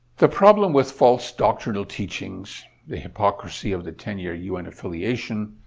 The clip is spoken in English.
the problem with false doctrinal teachings, the hypocrisy of the ten year un affiliation,